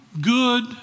good